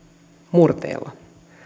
murteella